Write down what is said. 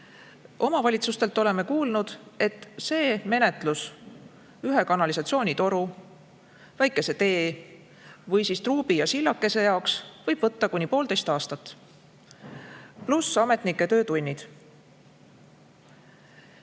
Omavalitsustelt oleme kuulnud, et see menetlus ühe kanalisatsioonitoru, väikese tee või truubi ja sillakese rajamiseks võib võtta kuni poolteist aastat, pluss ametnike töötunnid.